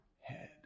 head